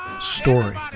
Story